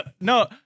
no